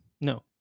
No